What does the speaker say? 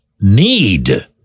need